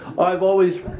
i've always